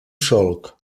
solc